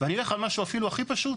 ואני אלך על משהו אפילו הכי פשוט.